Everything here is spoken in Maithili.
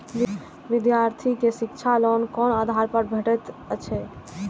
विधार्थी के शिक्षा लोन कोन आधार पर भेटेत अछि?